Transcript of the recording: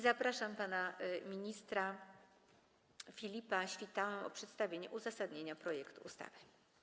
Zapraszam pana ministra Filipa Świtałę, proszę o przedstawienie uzasadnienia projektu ustawy.